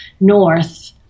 north